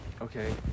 okay